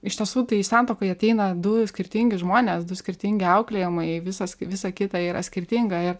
iš tiesų tai santuokai ateina du skirtingi žmonės du skirtingi auklėjimai visas visa kita yra skirtinga ir